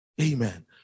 amen